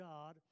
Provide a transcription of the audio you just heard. God